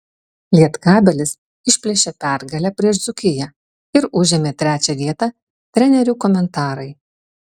lietkabelis išplėšė pergalę prieš dzūkiją ir užėmė trečią vietą trenerių komentarai